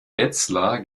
wetzlar